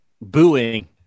booing